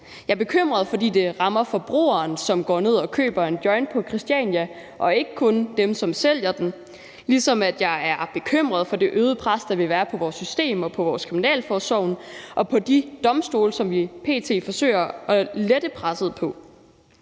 Jeg er bekymret, fordi det rammer forbrugeren, som går ned og køber en joint på Christiania, og ikke kun dem, som sælger den, ligesom jeg er bekymret for det øgede pres, der vil være på vores system og på kriminalforsorgen og på de domstole, som vi p.t. forsøger at lette presset på.